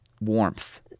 warmth